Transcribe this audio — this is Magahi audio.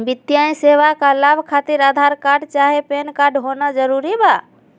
वित्तीय सेवाएं का लाभ खातिर आधार कार्ड चाहे पैन कार्ड होना जरूरी बा?